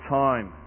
time